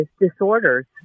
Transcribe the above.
disorders